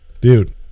Dude